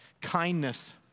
Kindness